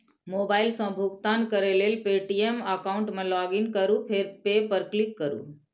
mobile सं भुगतान करै लेल पे.टी.एम एकाउंट मे लॉगइन करू फेर पे पर क्लिक करू